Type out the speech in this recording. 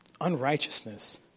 unrighteousness